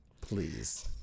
please